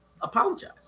apologize